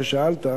ששאלת עליו,